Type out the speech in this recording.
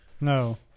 No